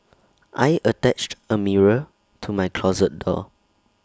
I attached A mirror to my closet door